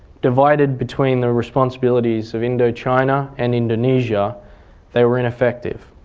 divided between the responsibilities of indochina and indonesia they were ineffective.